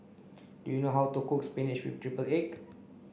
do you know how to cook spinach with triple egg